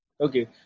Okay